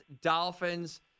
Dolphins